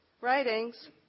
writings